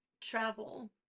travel